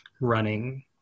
running